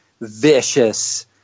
vicious